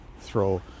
throw